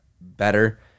better